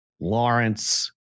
Lawrence